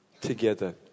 together